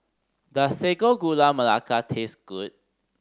does Sago Gula Melaka taste good